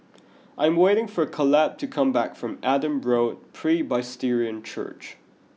I am waiting for Kaleb to come back from Adam Road Presbyterian Church